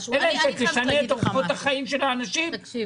תשנה את אורחות החיים של האנשים?